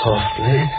Softly